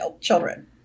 children